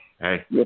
hey